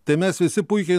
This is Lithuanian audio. tai mes visi puikiai